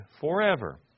forever